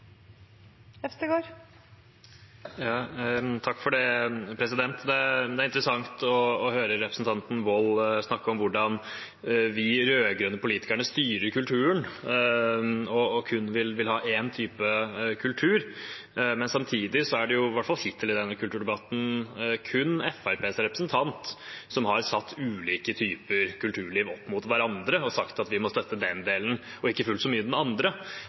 interessant å høre representanten Wold snakke om hvordan vi rød-grønne politikere styrer kulturen og kun vil ha én type kultur, mens det samtidig – i hvert fall hittil i denne kulturdebatten – kun er Fremskrittspartiets representant som har satt ulike typer kulturliv opp mot hverandre og sagt at vi må støtte den delen og ikke fullt så mye den andre.